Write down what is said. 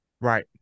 Right